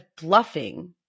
bluffing